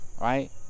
right